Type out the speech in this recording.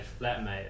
flatmate